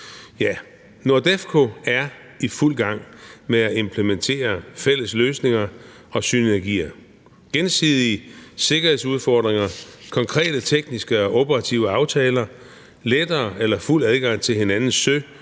NORDEFCO er i fuld gang med at implementere fælles løsninger og synergier i forbindelse med gensidige sikkerhedsudfordringer, konkrete tekniske og operative aftaler, lettere eller fuld adgang til hinandens sø-,